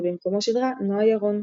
ובמקומו שידרה נועה ירון.